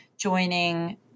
joining